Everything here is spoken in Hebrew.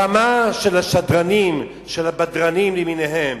רמת השדרנים והבדרנים למיניהם,